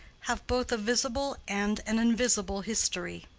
have both a visible and an invisible history.